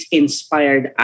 inspired